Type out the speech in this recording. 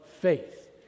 faith